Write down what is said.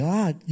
God